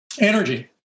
Energy